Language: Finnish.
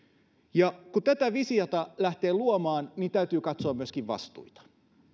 kun tätä visiota lähtee luomaan niin täytyy katsoa myöskin vastuita